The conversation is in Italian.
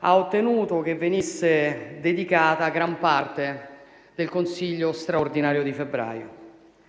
ha ottenuto che venisse dedicata gran parte della riunione del Consiglio straordinario di febbraio.